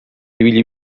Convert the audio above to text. ibili